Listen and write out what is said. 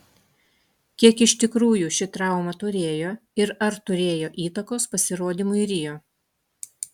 kiek iš tikrųjų šį trauma turėjo ir ar turėjo įtakos pasirodymui rio